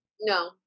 No